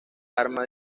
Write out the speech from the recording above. arma